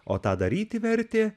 o tą daryti vertė